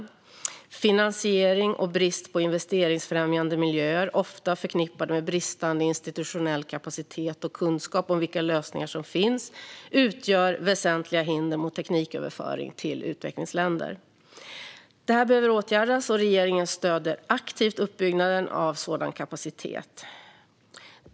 Brist på finansiering och investeringsfrämjande miljöer, ofta förknippat med bristande institutionell kapacitet och kunskap om vilka lösningar som finns, utgör väsentliga hinder mot tekniköverföring till utvecklingsländer. Detta behöver åtgärdas, och regeringen stöder aktivt uppbyggnaden av sådan kapacitet.